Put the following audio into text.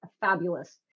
fabulous